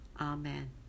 Amen